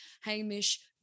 hamish